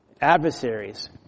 adversaries